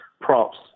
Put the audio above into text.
props